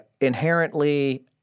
inherently